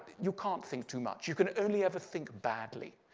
you can't think too much. you can only overthink badly.